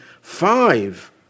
five